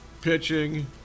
pitching